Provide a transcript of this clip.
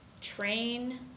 Train